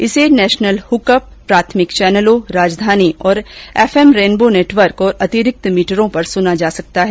इसे national hook up प्राथमिक चैनलों राजधानी और एफएम रेनबो नेटवर्क और अतिरिक्त मीटरों पर सुना जा सकता है